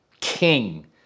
king